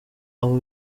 abo